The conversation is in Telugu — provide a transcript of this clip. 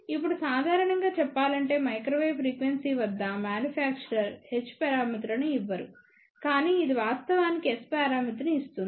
ఇప్పుడు సాధారణంగా చెప్పాలంటే మైక్రోవేవ్ ఫ్రీక్వెన్సీ వద్ద మ్యానుఫ్యాక్చరర్ h పారామితులను ఇవ్వరు కానీ ఇది వాస్తవానికి S పరామితిని ఇస్తుంది